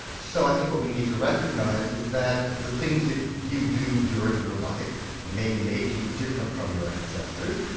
so i think what we need to recognise is that the things that you do during your life may make you different from your ancestors,